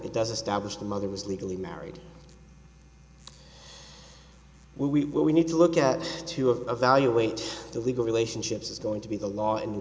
it does a status the mother was legally married we will we need to look at two of evaluating the legal relationships it's going to be the law and